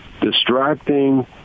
distracting